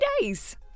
days